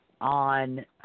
on